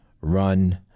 run